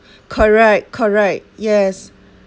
correct correct yes